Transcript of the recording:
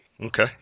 Okay